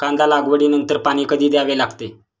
कांदा लागवडी नंतर पाणी कधी द्यावे लागते?